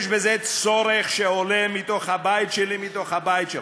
יש בזה צורך שעולה מתוך הבית שלי, מתוך הבית שלך.